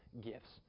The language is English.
gifts